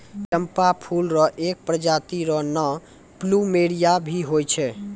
चंपा फूल र एक प्रजाति र नाम प्लूमेरिया भी होय छै